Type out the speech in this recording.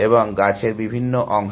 এবং গাছের বিভিন্ন অংশ